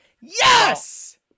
Yes